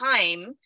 time